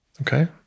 Okay